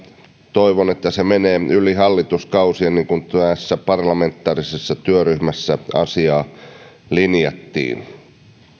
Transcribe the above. toivon että se menee yli hallituskausien niin kuin tässä parlamentaarisessa työryhmässä asiaa linjattiin